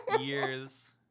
years